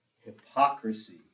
hypocrisy